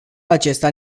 acesta